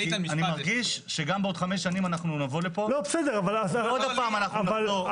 כי אני מרגיש שגם בעוד חמש שנים אנחנו נבוא לפה ועוד פעם אנחנו נחזור.